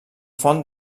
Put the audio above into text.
font